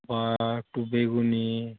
বা একটু বেগুনি